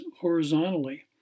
horizontally